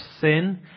sin